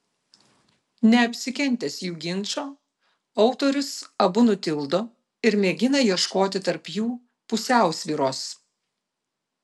neapsikentęs jų ginčo autorius abu nutildo ir mėgina ieškoti tarp jų pusiausvyros